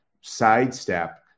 sidestep